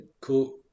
cool